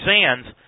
Sands